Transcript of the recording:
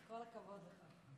כל הכבוד לך.